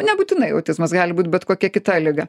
nebūtinai autizmas gali būt bet kokia kita liga